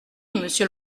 monsieur